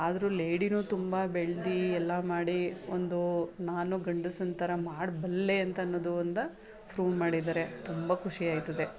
ಆದ್ರೂ ಲೇಡಿಯೂ ತುಂಬ ಬೆಳ್ದು ಎಲ್ಲ ಮಾಡಿ ಒಂದು ನಾನು ಗಂಡಸಿನ ಥರ ಮಾಡ ಬಲ್ಲೇ ಅಂತನ್ನೋದು ಒಂದ ಪ್ರೂವ್ ಮಾಡಿದ್ದಾರೆ ತುಂಬ ಖುಷಿಯಾಯ್ತದೆ